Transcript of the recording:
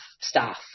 staff